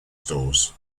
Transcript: stores